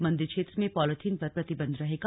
मन्दिर क्षेत्र में पॉलीथीन पर प्रतिबंध रहेगा